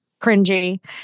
cringy